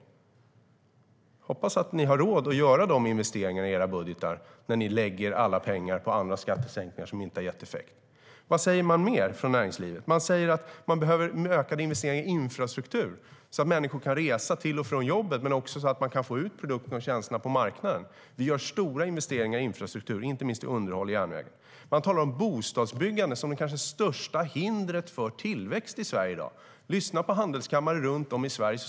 Jag hoppas att ni har råd att göra de investeringarna i era budgetar när ni lägger alla pengar på skattesänkningar som inte har gett effekt. Vad säger näringslivet mer? Jo, att man behöver ökade investeringar i infrastruktur så att människor kan resa till och från jobbet och så att man kan få ut produkterna och tjänsterna på marknaden. Vi gör stora investeringar i infrastruktur, inte minst järnvägsunderhåll. Man talar om bostadsbyggandet som det kanske största hindret för tillväxt i Sverige i dag. Lyssna på handelskamrarna runt om i Sverige i dag!